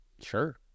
sure